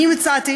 אני הצעתי